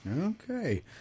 Okay